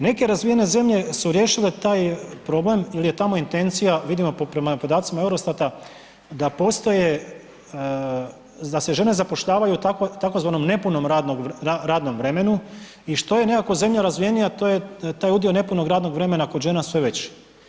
Neke razvijene zemlje su riješile taj problem jer je tamo intencija, vidimo prema podacima EUROSTAT-a da postoje, da se žene zapošljavaju u tzv. nepunom radnom vremenu i što je nekako zemlja razvijenija to je taj udio nepunog radnog vremena kod žena sve veći.